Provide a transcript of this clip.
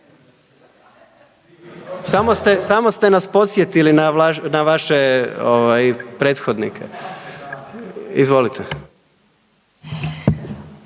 Samo ste nas podsjetili na vaše prethodnike, izvolite.